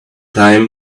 time